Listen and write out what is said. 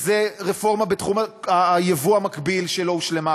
זו רפורמה בתחום היבוא המקביל שלא הושלמה,